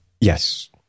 Yes